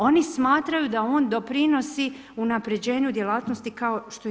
Oni smatraju da on doprinosi unapređenju djelatnosti kao što i mi.